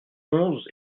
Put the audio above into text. onze